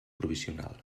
provisional